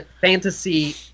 Fantasy